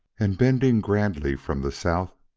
and, bending grandly from the south,